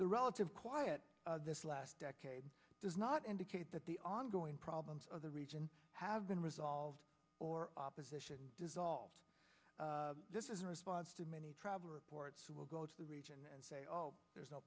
the relative quiet this last decade does not indicate that the ongoing problems of the region have been resolved or opposition dissolved this is a response to many travel reports will go to the region and say oh there's no